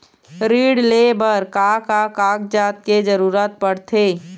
ऋण ले बर का का कागजात के जरूरत पड़थे?